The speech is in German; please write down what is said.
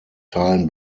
teilen